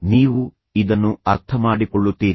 ನೀವು ಇದನ್ನು ಅರ್ಥಮಾಡಿಕೊಳ್ಳುತ್ತೀರಿ